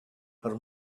her